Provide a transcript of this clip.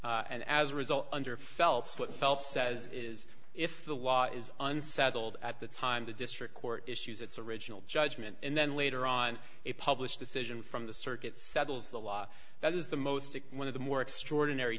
and as a result under phelps what phelps says is if the law is unsettled at the time the district court issues its original judgment and then later on a published decision from the circuit settles the law that is the most one of the more extraordinary